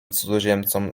cudzoziemcom